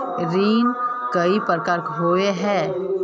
ऋण कई प्रकार होए है?